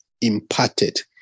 imparted